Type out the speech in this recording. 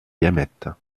gamètes